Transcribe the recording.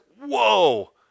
whoa